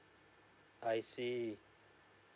I see